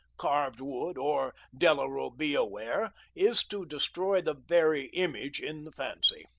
carved wood, or della robbia ware is to destroy the very image in the fancy.